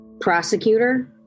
prosecutor